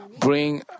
bring